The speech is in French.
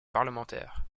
parlementaires